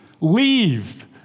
Leave